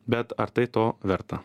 bet ar tai to verta